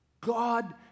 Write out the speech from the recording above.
God